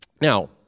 Now